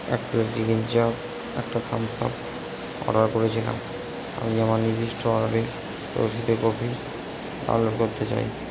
এক plate chicken chaap একটা Thums Up order করেছিলাম আমি আমার নির্দিষ্ট অর্ডারের রশিদের কপি অর্ডার করতে চাই